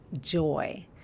joy